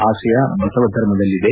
ಆಶಯ ಬಸವ ಧರ್ಮದಲ್ಲಿದೆ